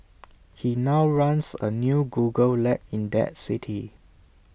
he now runs A new Google lab in that city